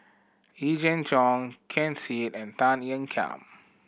Yee Jenn Jong Ken Seet and Tan Ean Kiam